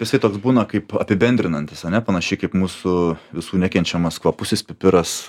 jisai toks būna kaip apibendrinantis ane panašiai kaip mūsų visų nekenčiamas kvapusis pipiras